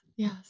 Yes